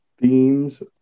Themes